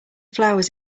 flowers